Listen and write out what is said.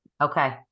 Okay